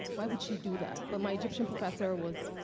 why would she do that? but my egyptian professor was,